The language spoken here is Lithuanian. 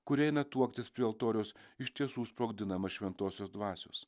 kurie eina tuoktis prie altoriaus iš tiesų sprogdinama šventosios dvasios